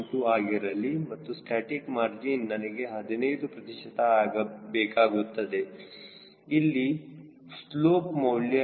2 ಆಗಿರಲಿ ಮತ್ತು static margin ನನಗೆ 15 ಪ್ರತಿಶತ ಬೇಕಾಗುತ್ತದೆ ಇಲ್ಲಿ ಸ್ಲೋಪ್ ಮೌಲ್ಯ ಋಣಾತ್ಮಕ 0